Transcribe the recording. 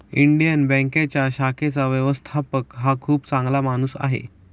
Indian बँकेच्या शाखेचा व्यवस्थापक हा खूप चांगला माणूस आहे